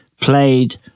played